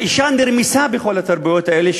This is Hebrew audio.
האישה נרמסה בכל התרבויות האלה,